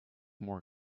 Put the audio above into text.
more